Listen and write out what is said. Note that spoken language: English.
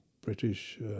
British